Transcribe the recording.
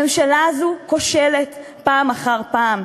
הממשלה הזאת כושלת פעם אחר פעם,